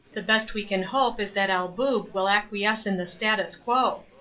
the best we can hope is that el boob will acquiesce in the status quo.